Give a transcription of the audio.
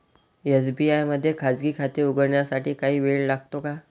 SBI मध्ये खाजगी खाते उघडण्यासाठी काही वेळ लागतो का?